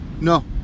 no